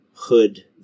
hood